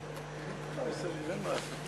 שיהיה לך המון בהצלחה,